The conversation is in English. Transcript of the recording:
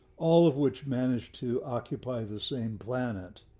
all of which managed to occupy the same planet,